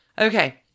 Okay